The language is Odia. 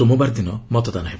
ସୋମବାର ଦିନ ମତଦାନ ହେବ